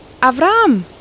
Avram